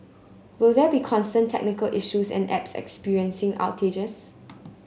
will there be constant technical issues and apps experiencing outrages